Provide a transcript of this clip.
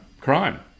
crime